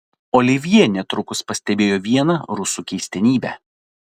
olivjė netrukus pastebėjo vieną rusų keistenybę